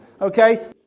Okay